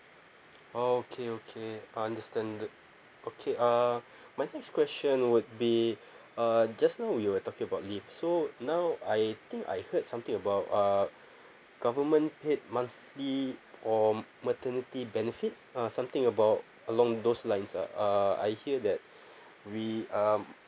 oh okay okay understand that okay uh my next question would be uh just now we were talking about leave so now I think I heard something about uh government paid monthly or maternity benefit uh something about along those lines ah uh I hear that we are